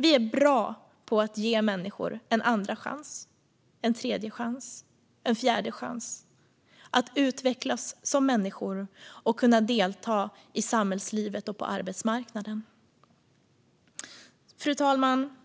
Vi är bra på att ge människor en andra chans, en tredje chans och en fjärde chans och att utvecklas som människor och kunna delta i samhällslivet och på arbetsmarknaden. Fru talman!